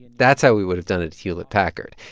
that's how we would have done it at hewlett-packard.